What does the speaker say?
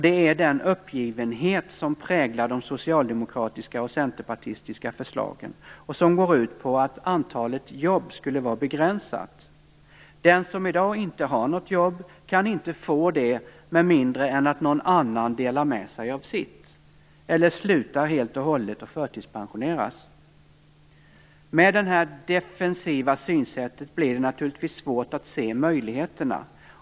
Det är den uppgivenhet som präglar de socialdemokratiska och centerpartistiska förslagen. De går ut på att antalet jobb skulle vara begränsat. Den som i dag inte har något jobb kan inte få det med mindre än att någon annan delar med sig av sitt eller slutar helt och hållet och förtidspensioneras. Med det här defensiva synsättet blir det naturligtvis svårt att se möjligheterna.